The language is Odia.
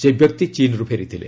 ସେହି ବ୍ୟକ୍ତି ଚୀନ୍ରୁ ଫେରିଥିଲେ